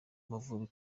amavubi